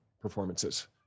performances